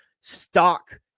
stock